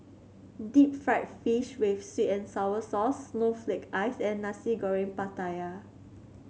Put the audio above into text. Deep Fried Fish with sweet and sour sauce Snowflake Ice and Nasi Goreng Pattaya